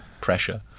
pressure